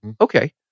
Okay